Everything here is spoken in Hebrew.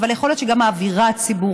אבל יכול להיות שגם האווירה הציבורית,